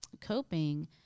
coping